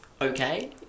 okay